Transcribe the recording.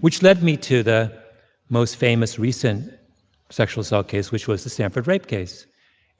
which led me to the most famous recent sexual assault case, which was the stanford rape case